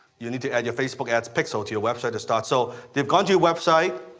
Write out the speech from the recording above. you need to ad your facebook ads pixel to your website to start, so they've gone to your website,